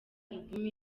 album